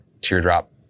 teardrop